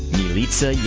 Milica